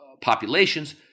populations